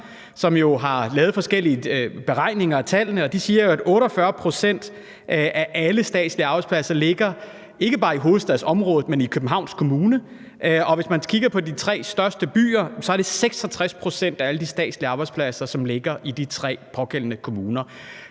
som har lavet forskellige beregninger af tallene, og de siger, at 48 pct. af alle statslige arbejdspladser ligger ikke bare i hovedstadsområdet, men i Københavns Kommune. Og hvis man kigger på de tre største byer, er det 66 pct. af alle de statslige arbejdspladser, som ligger i de pågældende tre kommuner.